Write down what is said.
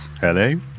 Hello